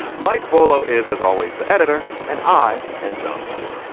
mike vello is as always the editor and i am john mcwhorter.